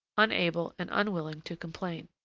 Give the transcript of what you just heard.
unable and unwilling to complain.